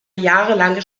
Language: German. jahrelange